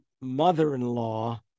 mother-in-law